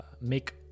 make